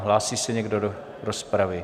Hlásí se někdo do rozpravy?